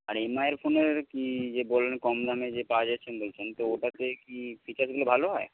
আর এমআইয়ের ফোনের কি যে বললেন কম দামে যে পাওয়া যাচ্ছেন বলছেন তো ওটাতে কি ফির্চাসগুলো ভালো হয়